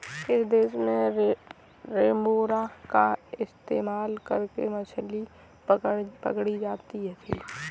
किस देश में रेमोरा का इस्तेमाल करके मछली पकड़ी जाती थी?